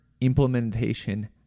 implementation